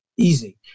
easy